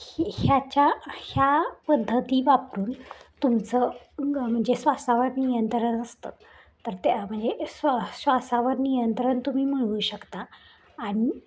ही ह्याच्या ह्या पद्धती वापरून तुमचं म्हणजे श्वासावर नियंत्रण असतं तर त्या म्हणजे स्वा श्वासावर नियंत्रण तुम्ही मिळवू शकता आणि